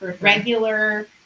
regular